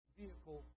vehicle